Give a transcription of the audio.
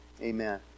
Amen